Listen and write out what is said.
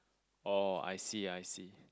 oh I see I see